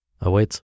awaits